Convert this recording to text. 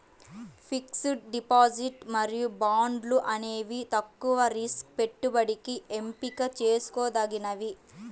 fixed deposit మరియు బాండ్లు అనేవి తక్కువ రిస్క్ పెట్టుబడికి ఎంపిక చేసుకోదగినవి